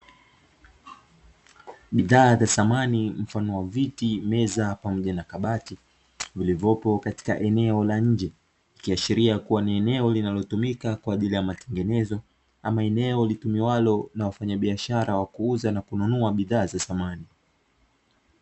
Bidhaa za samani mfano wa viti, meza pamoja na kabati, vilivyopo katika eneo la nje, ikiashiria kuwa ni eneo linalotumika kwa ajili ya matengenezo, ama eneo litumiwalo na wafanya biashara wa kuuza na kununua bidhaa za samani.